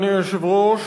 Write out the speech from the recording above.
אדוני היושב-ראש,